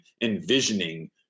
envisioning